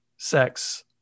sex